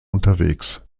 unterwegs